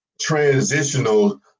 transitional